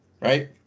right